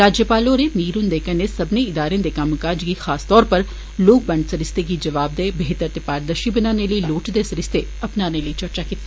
राज्यपाल होरें मीर हुन्दे कन्नै सब्बने इदारे दे कम्मकाज गी खास तौर उप्पर लोक बंड सरीस्ते गी जबावदेह बेहतर ते पारदर्शी बनाने लेई लोड़चदे सरीसते अपने लेई चर्चा कीती